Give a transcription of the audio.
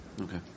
Okay